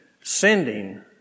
sending